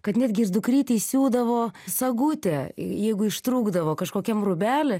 kad netgi ir dukrytei siūdavo sagutę jeigu ištrūkdavo kažkokiam rūbely